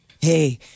hey